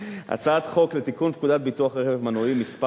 הצעת חוק לתיקון פקודת ביטוח רכב מנועי (מס'